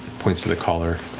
points to the collar.